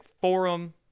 Forum